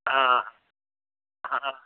हाँ हाँ हाँ